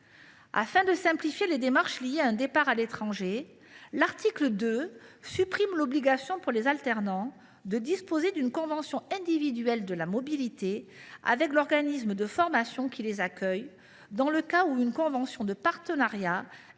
Afin de simplifier les démarches lors de départs à l’étranger, l’article 2 supprime l’obligation pour les alternants de disposer d’une convention individuelle de mobilité avec l’organisme de formation qui les accueille, dans le cas où une convention de partenariat existerait déjà entre